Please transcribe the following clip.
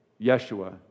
Yeshua